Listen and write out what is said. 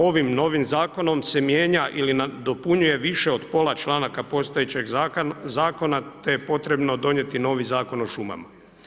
Ovim novim zakonom se mijenja ili nadopunjuje više od pola članaka postojećeg zakona te je potrebno donijeti novi Zakon o šumama.